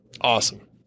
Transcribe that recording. Awesome